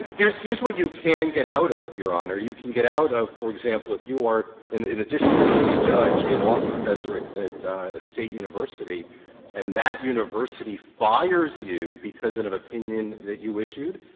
here's here's what you can get out of, your honor. you can get out of for example, if you are, in addition to being a judge, a law professor at at a state university and that university fires you because and of an opinion that you issued,